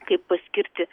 kaip paskirti